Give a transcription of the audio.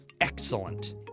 Excellent